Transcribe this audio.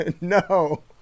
No